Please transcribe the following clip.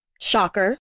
shocker